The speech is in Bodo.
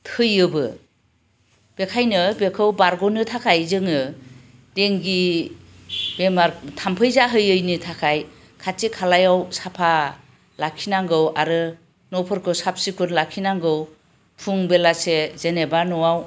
थैयोबो बेखायनो बेखौ बारग'नो थाखाय जोङो देंगि बेमार थामफै जाहोयैनि थाखाय खाथि खालायाव साफा लाखिनांगौ आरो न'फोरखौ साफ सिखुन लाखिनांगौ फुं बेलासे जेनेबा न'आव